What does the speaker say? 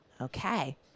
Okay